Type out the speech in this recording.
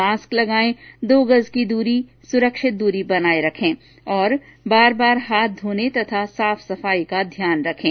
mask लगायें दो गज की सुरक्षित दूरी बनाये रखें तथा बार बार हाथ धोने और साफ सफाई का ध्यान रखें